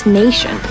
nation